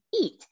eat